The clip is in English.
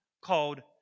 called